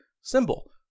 symbol